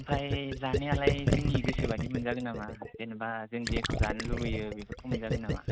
ओमफ्राय जानायालाय जोंनि गोसोबायदि मोनजागोन नामा जेनोबा जों जेखौ जानो लुबैयो बेफोरखौ मोनजागोन नामा